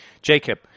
Jacob